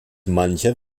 mancher